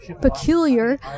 peculiar